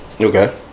Okay